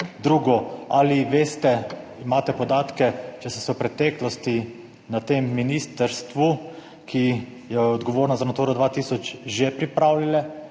Drugo, ali veste, imate podatke, če so se v preteklosti na tem ministrstvu, ki je odgovorna za Naturo 2000 že pripravljale